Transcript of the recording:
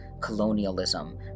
colonialism